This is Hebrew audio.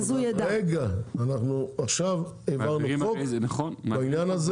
אנחנו עכשיו העברנו חוק בעניין הזה